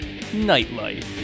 Nightlife